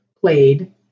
played